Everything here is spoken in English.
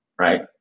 right